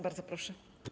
Bardzo proszę.